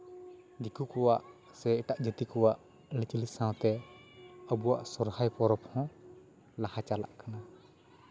ᱫᱤᱠᱩ ᱠᱚᱣᱟᱜ ᱥᱮ ᱮᱴᱟᱜ ᱡᱟᱹᱛᱤ ᱠᱚᱣᱟᱜ ᱟᱹᱨᱤᱪᱟᱹᱞᱤ ᱥᱟᱶᱛᱮ ᱟᱵᱚᱣᱟᱜ ᱥᱚᱨᱦᱟᱭ ᱯᱚᱨᱚᱵᱽ ᱦᱚᱸ ᱞᱟᱦᱟ ᱪᱟᱞᱟᱜ ᱠᱟᱱᱟ